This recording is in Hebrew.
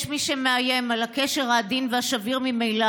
יש מי שמאיים על הקשר העדין והשביר ממילא